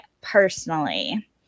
personally